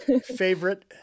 Favorite